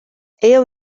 ejjew